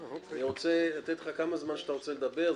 אני רוצה לתת לך כמה זמן שאתה רוצה לדבר,